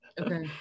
Okay